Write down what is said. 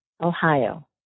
Ohio